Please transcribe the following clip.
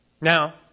Now